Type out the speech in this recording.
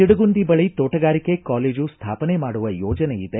ತಿಡಗುಂದಿ ಬಳಿ ತೋಟಗಾರಿಕೆ ಕಾಲೇಜು ಸ್ಟಾಪನೆ ಮಾಡುವ ಯೋಜನೆ ಇದೆ